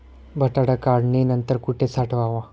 बटाटा काढणी नंतर कुठे साठवावा?